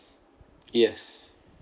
yes